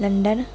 London